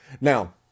Now